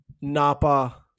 Napa